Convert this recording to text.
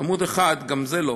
עמוד אחד, גם זה לא.